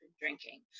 drinking